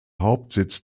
hauptsitz